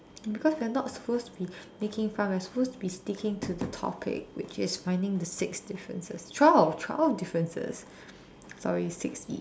because we are not supposed to be making fun we are supposed to be sticking to the topic which is finding the six differences twelve twelve differences sorry six each